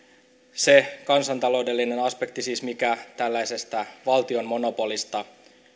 se kansantaloudellinen aspekti siis mikä tällaisesta valtion monopolista